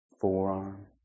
forearm